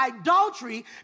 adultery